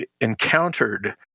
encountered